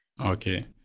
Okay